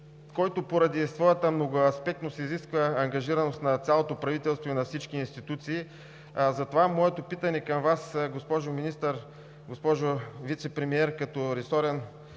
който поради своята многоаспектност изисква ангажираност на цялото правителство и на всички институции. Затова моето питане към Вас, госпожо Вицепремиер, като ресорен